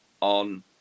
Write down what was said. on